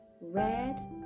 red